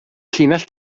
llinell